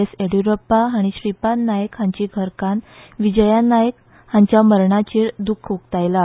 एस येडीयूरप्पा हाणी श्रीपाद नाईक हांची घरकान्न विजया नाईक हांच्या मरणाचेर द्ख उक्तायला